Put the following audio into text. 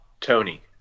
Tony